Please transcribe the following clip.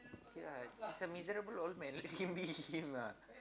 ya he's a miserable old man can be him lah